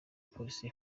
police